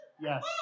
Yes